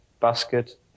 basket